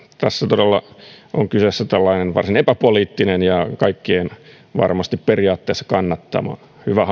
todella on kyseessä tällainen varsin epäpoliittinen ja kaikkien varmasti periaatteessa kannattama hyvä